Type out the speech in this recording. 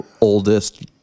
oldest